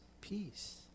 peace